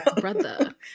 Brother